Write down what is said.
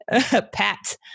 Pat